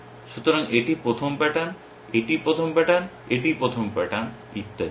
সুতরাং এটি প্রথম প্যাটার্ন এটি প্রথম প্যাটার্ন এটি প্রথম প্যাটার্ন ইত্যাদি